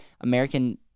American